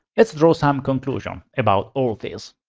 let's draw some conclusion about all this.